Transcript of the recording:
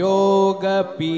Yoga